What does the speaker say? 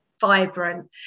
vibrant